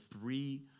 three